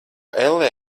ellē